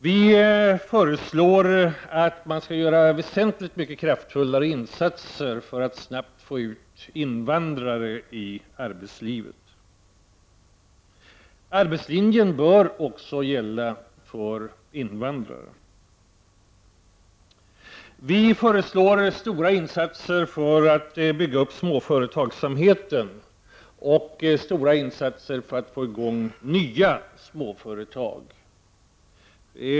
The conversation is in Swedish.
Vi föreslår att det skall göras väsentligt mycket kraftfullare insatser för att snabbt få ut invandrare i arbetslivet. Arbetslinjen bör gälla också för invandrare. Vi föreslår stora insatser för att bygga upp småföretagsamheten och för att få i gång nya småföretag.